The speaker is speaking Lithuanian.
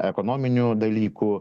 ekonominių dalykų